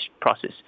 process